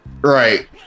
Right